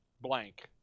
blank